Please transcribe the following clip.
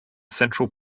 central